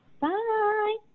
bye